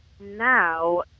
now